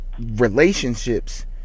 relationships